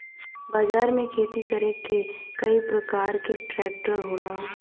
बाजार में खेती करे के कई परकार के ट्रेक्टर होला